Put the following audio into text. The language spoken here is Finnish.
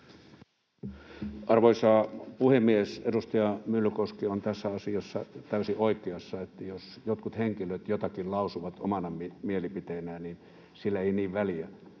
Arvoisa puhemies! Edustaja Myllykoski on tässä asiassa täysin oikeassa, että jos jotkut henkilöt jotakin lausuvat omana mielipiteenään, niin sillä ei niin väliä,